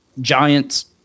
giants